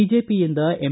ಬಿಜೆಪಿಯಿಂದ ಎಂ